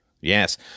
Yes